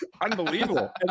unbelievable